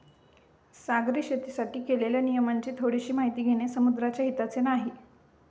सागरी शेतीसाठी केलेल्या नियमांची थोडीशी माहिती घेणे समुद्राच्या हिताचे नाही